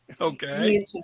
Okay